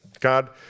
God